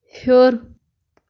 ہیوٚر